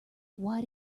why